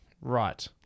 Right